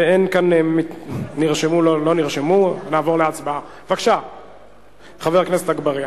הצעת החוק תעבור לדיון בוועדת העבודה,